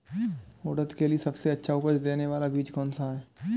उड़द के लिए सबसे अच्छा उपज देने वाला बीज कौनसा है?